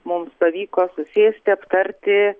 mums pavyko susėsti aptarti